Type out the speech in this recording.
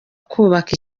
kubaka